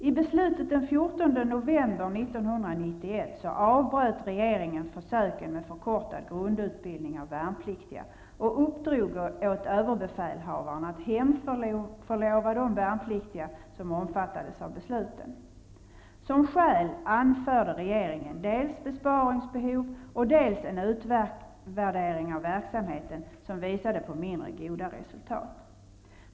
I beslutet den 14 november 1991 avbröt regeringen försöken med förkortad grundutbildning av värnpliktiga och uppdrog åt överbefälhavaren att hemförlova de värnpliktiga som omfattades av besluten. Som skäl anförde regeringen dels besparingsbehov, dels en utvärdering av verksamheten som visade på mindre goda resultat.